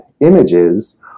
images